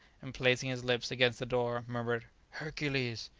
and placing his lips against the door murmured hercules!